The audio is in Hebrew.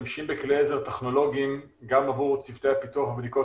משתמשים בכלי עזר טכנולוגיים גם עבור צוותי הפיתוח והבדיקות